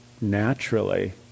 naturally